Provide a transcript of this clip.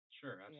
Sure